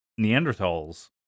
Neanderthals